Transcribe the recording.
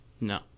No